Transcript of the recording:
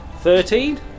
thirteen